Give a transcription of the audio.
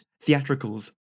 theatricals